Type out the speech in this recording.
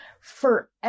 forever